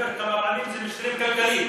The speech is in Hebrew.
ואם זה לא רק משיקולים כלכליים?